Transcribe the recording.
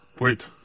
Wait